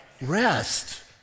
Rest